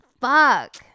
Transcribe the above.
fuck